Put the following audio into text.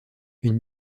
une